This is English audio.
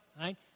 right